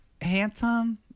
handsome